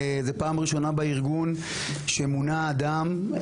זו פעם ראשונה בארגון שמונה אדם,